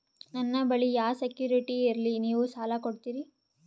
ನನ್ನ ಬಳಿ ಯಾ ಸೆಕ್ಯುರಿಟಿ ಇಲ್ರಿ ನೀವು ಸಾಲ ಕೊಡ್ತೀರಿ?